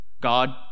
god